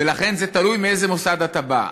ולכן זה תלוי מאיזה מוסד אתה בא.